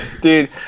Dude